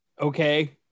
okay